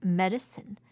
medicine